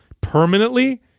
permanently